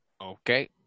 Okay